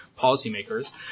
policymakers